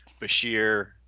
Bashir